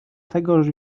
tegoż